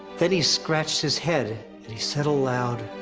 then, he scratched his head, and he said aloud.